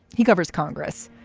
he covers congress.